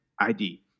ID